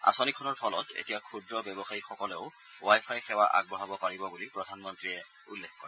আঁচনিখনৰ ফলত এতিয়া ক্ষুদ্ৰ ব্যৱসায়ীসকলেও ৱাই ফাই সেৱা আগবঢ়াব পাৰিব বুলি প্ৰধানমন্ত্ৰীয়ে উল্লেখ কৰে